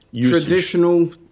Traditional